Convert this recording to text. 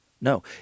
No